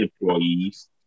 employees